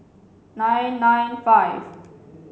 nine nine five